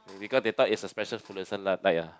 because they thought is a special fluorescent light light ah